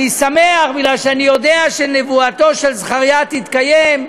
אני שמח, כי אני יודע שנבואתו של זכריה תתקיים,